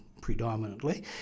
predominantly